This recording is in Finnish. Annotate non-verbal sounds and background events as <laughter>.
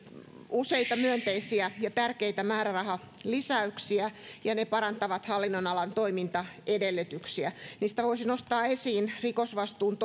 useita myönteisiä ja tärkeitä määrärahalisäyksiä ja ne parantavat hallinnonalan toimintaedellytyksiä niistä voisi nostaa esiin rikosvastuun <unintelligible>